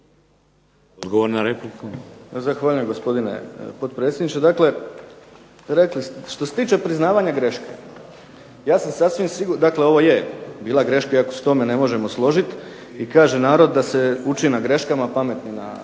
Odgovor na repliku.